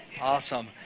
Awesome